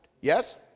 Yes